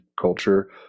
culture